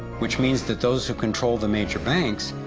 which means that those who control the major banks,